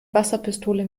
wasserpistole